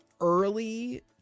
early